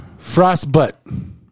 Frostbutt